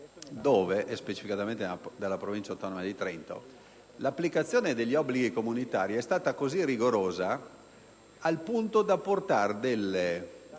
- specificamente dalla Provincia autonoma di Trento - dove l'applicazione degli obblighi comunitari è stata rigorosa al punto da portare a